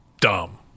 dumb